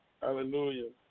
Hallelujah